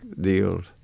deals